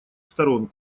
сторон